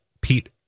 pete